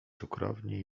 cukrowni